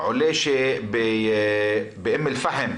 עולה שבאום אל פאחם,